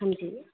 अंजी